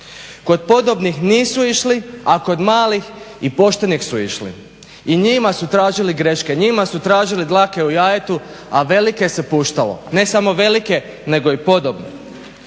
Kod podobnih nisu išli, a kod malih i poštenih su išli i njima su tražili greške, njima su tražili dlake u jajetu, a velike se puštalo. Ne samo velike nego i podobne.